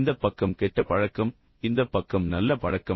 இந்தப் பக்கம் கெட்ட பழக்கம் இந்தப் பக்கம் நல்ல பழக்கம்